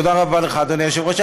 תודה רבה לך, אדוני היושב-ראש.